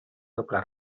doble